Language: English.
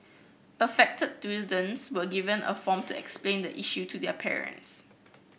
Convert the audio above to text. affected were given a form to explain the issue to their parents